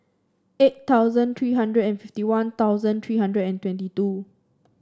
eight thousand three hundred and fifty One Thousand three hundred and twenty two